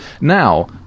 Now